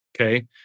Okay